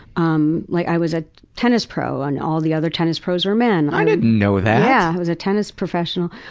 um like i was a tennis pro and all the other tennis pros were men. i didn't know that. ya. yeah i was a tennis professional.